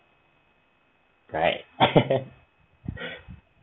right